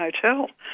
Hotel